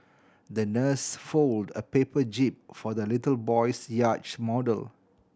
the nurse folded a paper jib for the little boy's yacht model